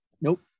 Nope